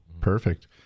Perfect